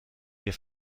wir